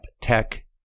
tech